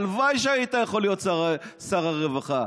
הלוואי שהיית יכול להיות שר הרווחה.